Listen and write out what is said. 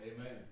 Amen